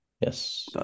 Yes